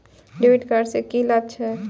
डेविट कार्ड से की लाभ छै?